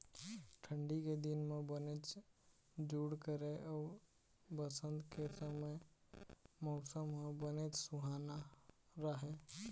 ठंडी के दिन म बनेच जूड़ करय अउ बसंत के समे मउसम ह बनेच सुहाना राहय